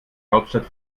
hauptstadt